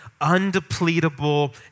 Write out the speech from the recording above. undepletable